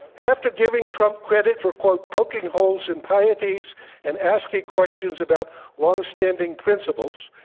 after giving trump credit for quote poking holes in pieties and asking questions about longstanding principles,